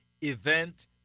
event